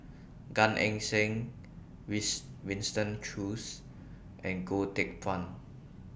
Gan Eng Seng wets Winston Choos and Goh Teck Phuan